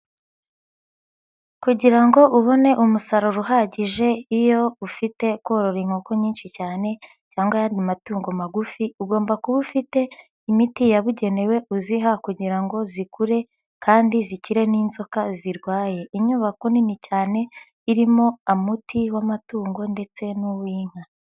Kugirango ubone umusaruro uhagije iyo ufite korora inkoko nyinshi cyane cyangwa ayandi matungo magufi ugomba kuba ufite imiti yabugenewe uziha kugira ngo zikure kandi zikire n'inzoka zirwaye. Inyubako nini cyane irimo umuti w'amatungo ndetse n'uw'inka.